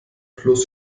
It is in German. plus